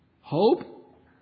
hope